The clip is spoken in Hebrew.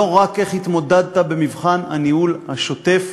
לא רק איך התמודדת במבחן הניהול השוטף,